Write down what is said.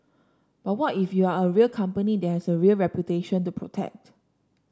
but what if you are a real company that has a real reputation to protect